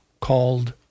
called